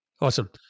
Awesome